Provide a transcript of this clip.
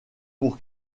pour